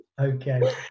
Okay